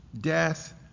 death